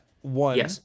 one